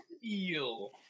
feel